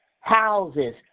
Houses